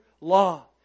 law